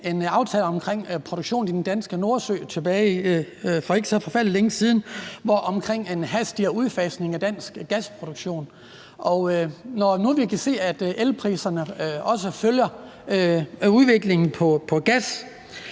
en aftale omkring produktionen i den danske Nordsø for ikke så forfærdelig længe siden vedrørende en hurtigere udfasning af dansk gasproduktion. Og når nu vi kan se, at elpriserne også følger udviklingen for gas,